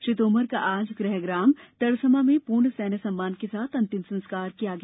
श्री तोमर का आज गृहग्राम तरसमा में पूर्ण सेन्य सम्मान के साथ अंतिम संस्कार किया गया